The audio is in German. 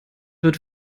wird